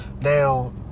Now